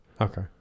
Okay